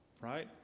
Right